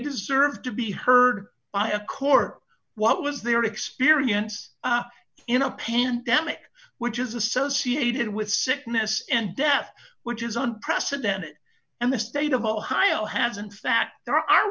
deserve to be heard by a court what was their experience in a pandemic which is associated with sickness and death which is unprecedented and the state of ohio has in fact there are